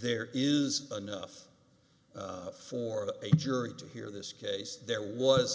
there is enough for a jury to hear this case there was